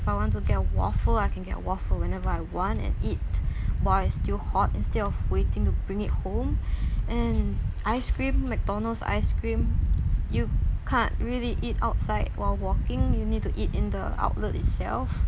if I want to go waffle I can get waffle whenever I want and eat while it's still hot instead of waiting to bring it home and ice cream mcdonald's ice cream you can't really eat outside while walking you need to eat in the outlet itself